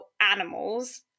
animals